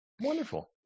Wonderful